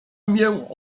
mię